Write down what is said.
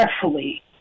carefully